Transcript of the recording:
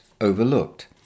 overlooked